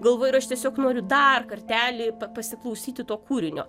galvoju ir aš tiesiog noriu dar kartelį pasiklausyti to kūrinio